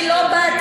אני לא באתי,